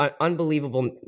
Unbelievable